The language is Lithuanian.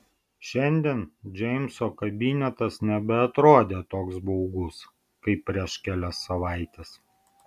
šiandien džeimso kabinetas nebeatrodė toks baugus kaip prieš kelias savaites